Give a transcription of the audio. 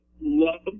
love